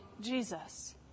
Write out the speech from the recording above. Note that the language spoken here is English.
Jesus